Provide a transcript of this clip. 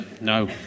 no